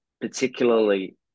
particularly